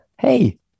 Hey